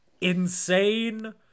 insane